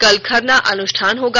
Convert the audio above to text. कल खरना अनुष्ठान होगा